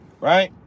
Right